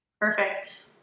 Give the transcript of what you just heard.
Perfect